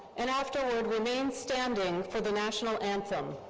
and afterward, remain standing for the national anthem.